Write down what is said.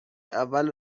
اول